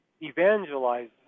evangelize